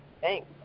Thanks